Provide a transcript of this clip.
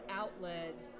outlets